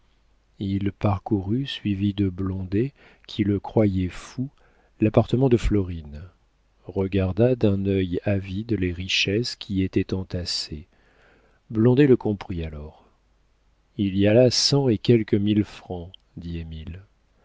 il parcourut suivi de blondet qui le croyait fou l'appartement de florine regarda d'un œil avide les richesses qui y étaient entassées blondet le comprit alors il y a là cent et quelques mille francs